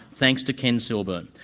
thanks to ken silburn.